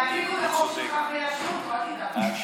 יעתיקו את החוק שלך ויעשו אותו, אל תדאג.